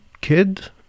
kid